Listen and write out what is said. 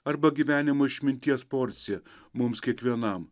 arba gyvenimo išminties porcija mums kiekvienam